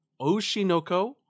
Oshinoko